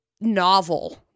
novel